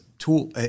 tool